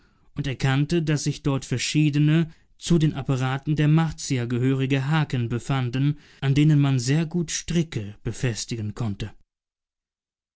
und erkannte daß sich dort verschiedene zu den apparaten der martier gehörige haken befanden an denen man sehr gut stricke befestigen konnte